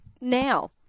now